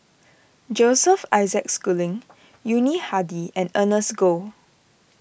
Joseph Isaac Schooling Yuni Hadi and Ernest Goh